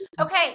Okay